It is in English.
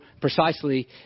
precisely